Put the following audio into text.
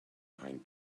pine